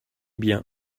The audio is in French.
bien